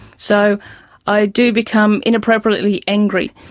so i do become inappropriately angry,